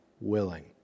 willing